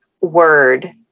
word